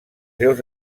seus